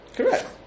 Correct